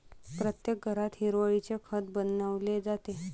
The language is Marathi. प्रत्येक घरात हिरवळीचे खत बनवले जाते